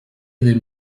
then